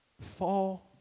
Fall